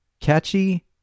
Catchy